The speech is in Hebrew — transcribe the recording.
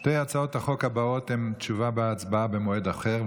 שתי הצעות החוק הבאות הן לתשובה והצבעה במועד אחר,